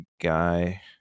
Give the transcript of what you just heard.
Guy